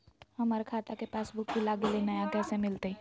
हमर खाता के पासबुक भुला गेलई, नया कैसे मिलतई?